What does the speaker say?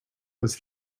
was